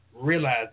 realize